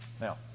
Now